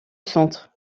centre